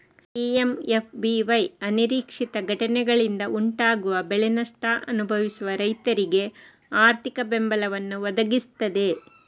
PMFBY ಅನಿರೀಕ್ಷಿತ ಘಟನೆಗಳಿಂದ ಉಂಟಾಗುವ ಬೆಳೆ ನಷ್ಟ ಅನುಭವಿಸುವ ರೈತರಿಗೆ ಆರ್ಥಿಕ ಬೆಂಬಲವನ್ನ ಒದಗಿಸ್ತದೆ